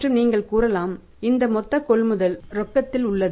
மற்றும் நீங்கள் கூறலாம் இந்த மொத்த கொள்முதல் பணத்தில் உள்ளது